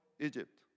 Egypt